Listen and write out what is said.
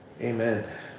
Amen